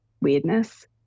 weirdness